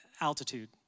altitude